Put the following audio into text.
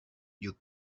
you